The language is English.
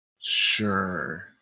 sure